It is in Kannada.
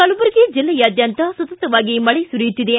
ಕಲಬುರಗಿ ಜಿಲ್ಲೆಯಾದ್ದಂತ ಸತತವಾಗಿ ಮಳೆ ಸುರಿಯುತ್ತಿದೆ